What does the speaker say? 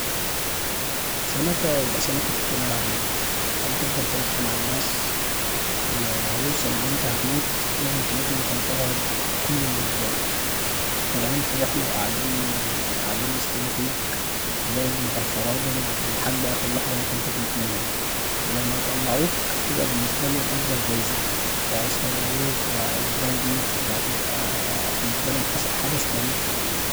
سمكة يبقى سمكة التونة العنيدة، عشان تفضل ترخم علي الناس، ولو هيوصل انت هتموت لازمتموت وانت مفرهد كل اللي قدامك طالعين في رحلة وقاعدين يصطادوا فيه وبرضو انت هتفرهدم ولحد اخر لحظه ممكن تفلت منهمولما يطلعوك هتبقي بالنسبالهم اكبر جايزههيصوروك وهيتباهوا بيك وهتبقي بالنسبالهم حدث تاريخي.